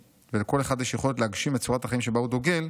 ולכל אחד יש יכולת להגשים את צורת החיים שבא הוא דוגל,